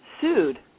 sued